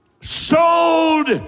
sold